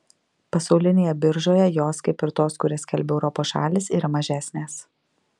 pasaulinėje biržoje jos kaip ir tos kurias skelbia europos šalys yra mažesnės